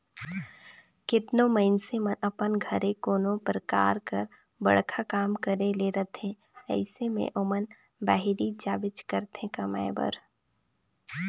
केतनो मइनसे मन अपन घरे कोनो परकार कर बड़खा काम करे ले रहथे अइसे में ओमन बाहिरे जाबेच करथे कमाए बर